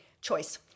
Choice